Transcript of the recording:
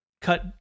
cut